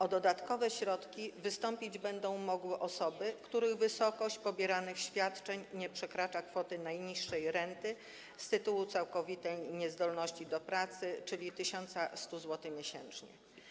O dodatkowe środki będą mogły wystąpić osoby, których wysokość pobieranych świadczeń nie przekracza kwoty najniższej renty z tytułu całkowitej niezdolności do pracy, czyli 1100 zł miesięcznie.